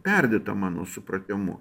perdėta mano supratimu